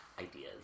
ideas